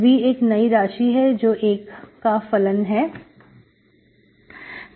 V एक नई राशि है जो एक का एक प्लान है